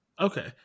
okay